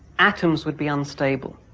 atoms would be unstable.